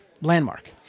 Landmark